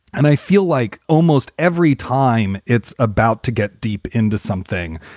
and i feel like almost every time it's about to get deep into something,